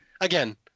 again